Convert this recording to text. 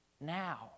now